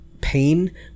pain